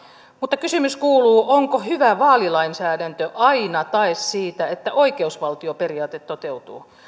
mutta kysymys kuuluu onko hyvä vaalilainsäädäntö aina tae siitä että oikeusvaltioperiaate toteutuu